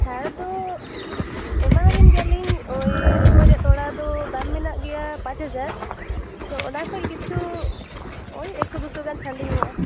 ᱪᱷᱟᱲ ᱫᱚ ᱮᱢᱟᱵᱮᱱ ᱜᱮᱭᱟᱞᱤᱧ ᱳᱭ ᱨᱩᱯᱟᱹ ᱨᱮᱭᱟᱜ ᱛᱚᱲᱟ ᱫᱚ ᱫᱟᱢ ᱢᱮᱱᱟᱜ ᱜᱮᱭᱟ ᱯᱟᱸᱪ ᱦᱟᱡᱟᱨ ᱛᱳ ᱚᱱᱟ ᱠᱷᱚᱡ ᱠᱤᱪᱷᱩ ᱳᱭ ᱮᱠᱥᱳ ᱫᱩᱥᱳ ᱜᱟᱱ ᱪᱷᱟᱹᱲ ᱞᱤᱧ ᱮᱢᱚᱜᱼᱟ